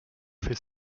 fait